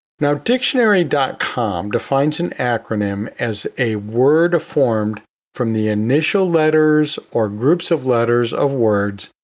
now, dictionary dot com defines an acronym as a word formed from the initial letters or groups of letters of words,